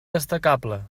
destacable